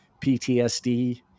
ptsd